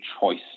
choice